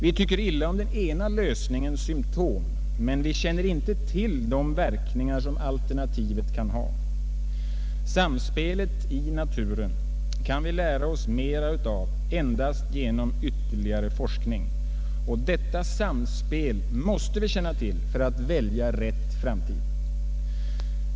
Vi tycker illa om den ena lösningens symtom, men vi känner inte till de verkningar som alternativet kan ha. Samspelet i naturen kan vi lära oss mer om endast genom ytterligare forskning, och detta samspel måste vi känna till för att välja rätt framtid.